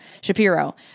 Shapiro